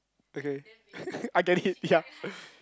okay I get it ya